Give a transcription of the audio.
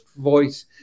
voice